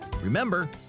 Remember